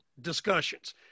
discussions